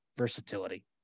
versatility